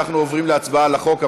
אנחנו עוברים להצבעה על החוק,